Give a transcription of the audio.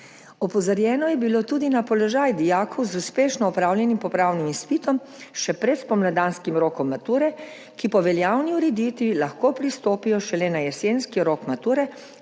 Opozorjeno je bilo tudi na položaj dijakov z uspešno opravljenim popravnim izpitom še pred spomladanskim rokom mature, ki po veljavni ureditvi lahko pristopijo šele na jesenski rok mature,